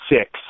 six